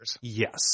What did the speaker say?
Yes